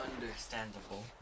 Understandable